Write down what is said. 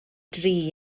dri